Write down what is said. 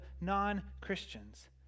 non-Christians